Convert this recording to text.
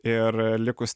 ir likus